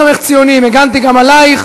אני לא צריך ממך ציונים, הגנתי גם עלייך.